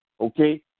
Okay